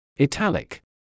italic